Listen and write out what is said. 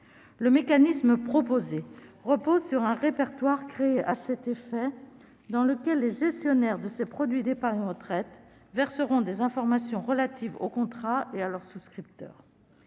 Le mécanisme proposé repose sur un répertoire créé à cet effet, dans lequel les gestionnaires de ces produits d'épargne retraite verseront des informations relatives aux contrats et à leurs souscripteurs.